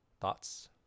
thoughts